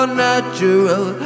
natural